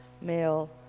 male